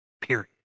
period